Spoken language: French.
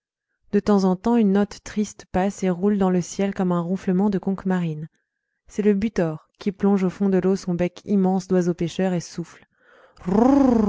de temps en temps une note triste passe et roule dans le ciel comme un ronflement de conque marine c'est le butor qui plonge au fond de l'eau son bec immense doiseau pêcheur et souffle